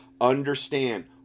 Understand